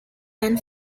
and